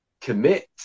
commit